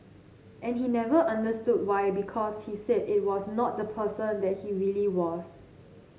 and he never understood why because he said it was not the person that he really was